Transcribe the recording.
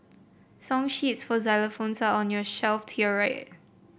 song sheets for xylophones are on your shelf to your right